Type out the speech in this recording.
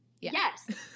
Yes